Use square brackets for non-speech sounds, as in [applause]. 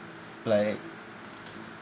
like [noise]